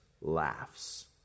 laughs